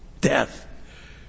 Death